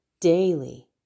daily